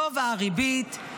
גובה הריבית,